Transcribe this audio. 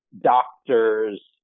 doctors